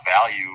value